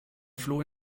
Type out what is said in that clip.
floh